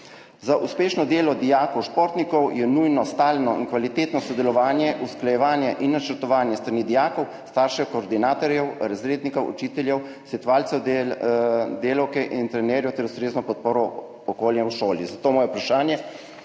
Za uspešno delo dijakov športnikov je nujno stalno in kvalitetno sodelovanje, usklajevanje in načrtovanje s strani dijakov, staršev, koordinatorjev, razrednikov, učiteljev, svetovalnih delavk in trenerjev ter ustrezno podporno okolje v šoli. Zato je moje vprašanje: